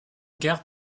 guerre